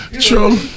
True